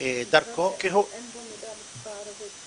--- אין בו מידע בשפה הערבית.